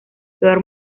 peor